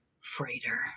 freighter